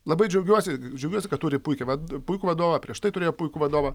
labai džiaugiuosi džiaugiuosi kad turi puikią vat puikų vadovą prieš tai turėjau puikų vadovą